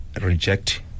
reject